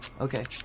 Okay